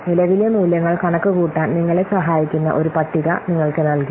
നിലവിലെ മൂല്യങ്ങൾ കണക്കുകൂട്ടാൻ നിങ്ങളെ സഹായിക്കുന്ന ഒരു പട്ടിക നിങ്ങൾക്ക് നൽകി